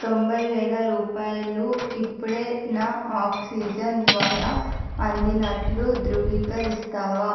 తొంభై వేల రూపాయలు ఇప్పుడే నా ఆక్సిజెన్ ద్వారా అందినట్లు ధృవీకరిస్తావా